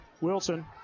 Wilson